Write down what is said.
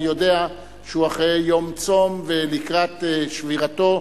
אני יודע שהוא אחרי יום צום, ולקראת שבירתו,